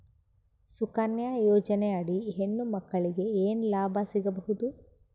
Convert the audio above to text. ಸುಕನ್ಯಾ ಯೋಜನೆ ಅಡಿ ಹೆಣ್ಣು ಮಕ್ಕಳಿಗೆ ಏನ ಲಾಭ ಸಿಗಬಹುದು?